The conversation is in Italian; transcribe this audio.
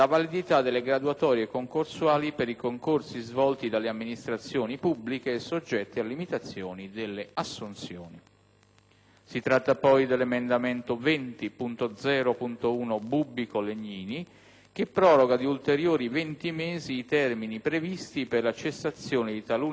a limitazioni delle assunzioni; 20.0.1, che proroga di ulteriori venti mesi i termini previsti per la cessazione di talune attività svolte nei confronti di soggetti pubblici da società partecipate dalle amministrazioni pubbliche regionali;